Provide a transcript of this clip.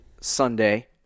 Sunday